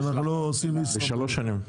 לשלוש שנים.